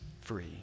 free